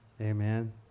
Amen